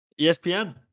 ESPN